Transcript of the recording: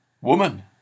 Woman